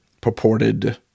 purported